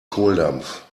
kohldampf